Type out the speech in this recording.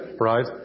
Right